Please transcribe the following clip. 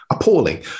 appalling